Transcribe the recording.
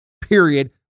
period